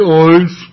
eyes